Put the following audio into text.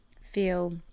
feel